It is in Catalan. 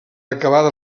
acabada